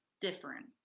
different